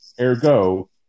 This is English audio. Ergo